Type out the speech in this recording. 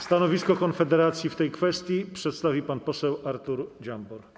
Stanowisko Konfederacji w tej kwestii przedstawi pan poseł Artur Dziambor.